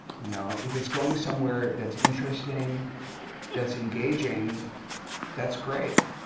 you know if it's going somewhere that's interesting that's engaging that's great.